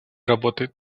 работает